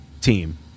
team